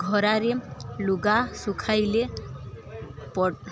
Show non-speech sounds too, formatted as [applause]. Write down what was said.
ଘରରେ ଲୁଗା ଶୁଖାଇଲେ [unintelligible]